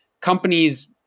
companies